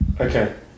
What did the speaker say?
Okay